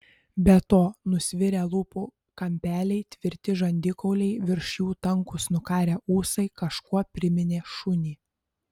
be to nusvirę lūpų kampeliai tvirti žandikauliai virš jų tankūs nukarę ūsai kažkuo priminė šunį